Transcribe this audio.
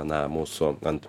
na mūsų ant